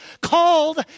called